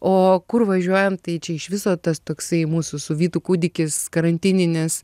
o kur važiuojam tai čia iš viso tas toksai mūsų su vytu kūdikis karantininis